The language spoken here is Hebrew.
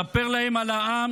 ספר להם על העם,